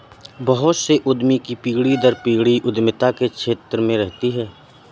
बहुत से उद्यमी की पीढ़ी दर पीढ़ी उद्यमिता के क्षेत्र में रहती है